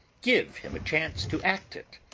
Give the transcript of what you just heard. give him a chance to act it,